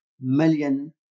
million